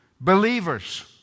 believers